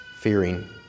fearing